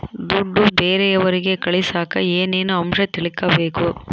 ದುಡ್ಡು ಬೇರೆಯವರಿಗೆ ಕಳಸಾಕ ಏನೇನು ಅಂಶ ತಿಳಕಬೇಕು?